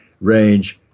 range